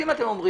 אם אתם אומרים